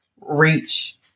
reach